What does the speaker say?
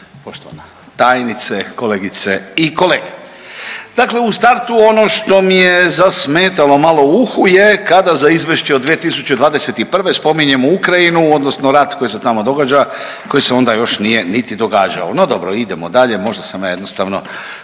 poštovana tajnice, kolegice i kolege. Dakle, u startu ono što mi je zasmetalo malo u uhu je kada za izvješće od 2021. spominjemo Ukrajinu odnosno rat koji se tamo događa koji se onda još nije niti događao. No dobro, idemo dalje možda sam ja jednostavno